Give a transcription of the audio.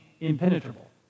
impenetrable